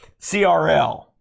CRL